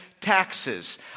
taxes